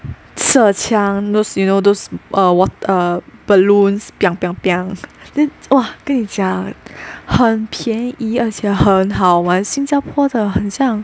射枪 those you know those err wat~ err balloons then !wah! 跟你讲很便宜而且很好玩新加坡的很像